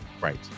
Right